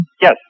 Yes